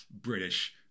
British